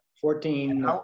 Fourteen